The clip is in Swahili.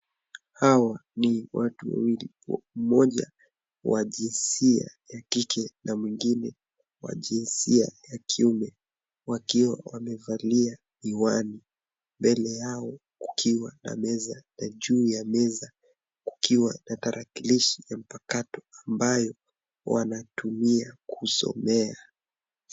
Hawa ni watu wawili, mmoja wa jinsia ya kike na mwingine wa jinsia ya kiume . Wakiwa Wamevalia miwani mbele yao kukiwa na meza na juu ya meza kukiwa na tarakilishi ya mpakato ambayo wanatumia kusomea.